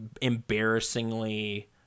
embarrassingly